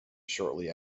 shortly